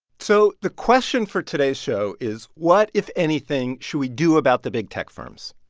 so the question for today's show is, what, if anything, should we do about the big tech firms?